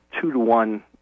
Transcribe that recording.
two-to-one